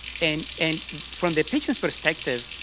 and and from the patients' perspective,